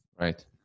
Right